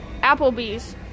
applebee's